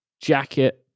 jacket